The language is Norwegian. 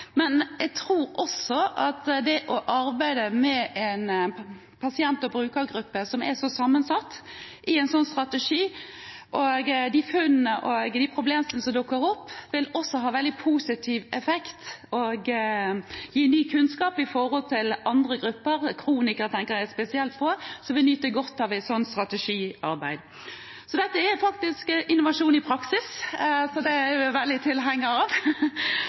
men jeg tror også at ved å arbeide med en sånn strategi for en pasient- og brukergruppe som er så sammensatt, vil de funnene og de problemstillingene som dukker opp, også ha en positiv effekt og gi ny kunnskap for andre grupper – jeg tenker spesielt på kronikere – som vil kunne nyte godt av et sånt strategiarbeid. Dette er faktisk innovasjon i praksis, og det er jeg veldig tilhenger av.